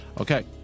Okay